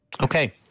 Okay